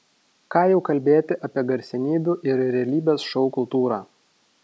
ką jau kalbėti apie garsenybių ir realybės šou kultūrą